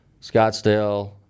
Scottsdale